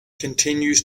continues